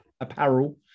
apparel